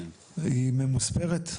היא ממוספרת?